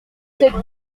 êtes